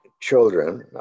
children